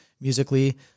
musically